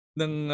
ng